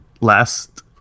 last